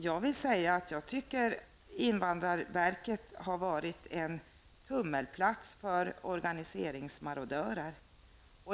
Jag tycker att invandrarverket har varit en tummelplats för organiseringsmarodörer.